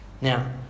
Now